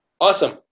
Awesome